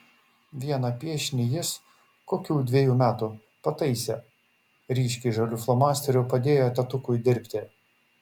vieną piešinį jis kokių dvejų metų pataisė ryškiai žaliu flomasteriu padėjo tėtukui dirbti